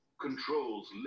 Controls